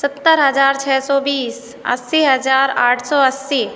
सत्तर हजार छः सौ बीस अस्सी हजार आठ सौ अस्सी